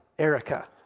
Erica